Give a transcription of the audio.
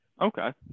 Okay